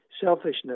selfishness